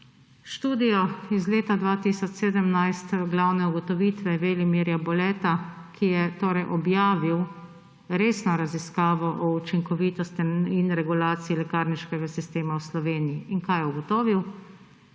študijo iz leta 2017, glavne ugotovitve Velimirja Boleta, ki je objavil resno raziskavo o učinkovitosti in regulaciji lekarniškega sistema v Sloveniji. Kaj je ugotovil?